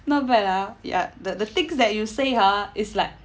not bad ah ya the the things that you say ha it's like